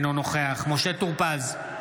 אינו נוכח משה טור פז,